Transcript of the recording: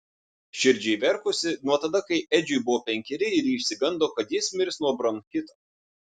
širdžiai verkusi nuo tada kai edžiui buvo penkeri ir ji išsigando kad jis mirs nuo bronchito